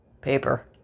paper